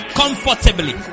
comfortably